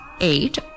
eight